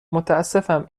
متأسفم